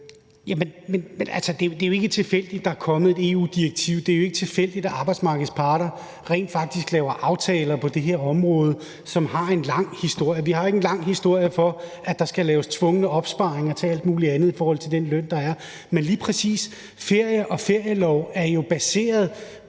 det. Men altså, det er jo ikke tilfældigt, at der er kommet et EU-direktiv. Det er jo ikke tilfældigt, at arbejdsmarkedets parter rent faktisk laver aftaler på det her område, som har en lang historie. Vi har jo ikke en lang historie for, at der skal laves tvungne opsparinger til alt muligt andet i forhold til den løn, der er. Lige præcis ferie og ferielov er jo baseret